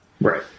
Right